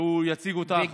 והוא יציג אותה אחריי.